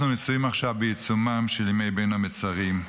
אנחנו נמצאים עכשיו בעיצומם של ימי בין המצרים,